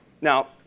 Now